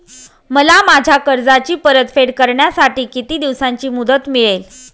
मला माझ्या कर्जाची परतफेड करण्यासाठी किती दिवसांची मुदत मिळेल?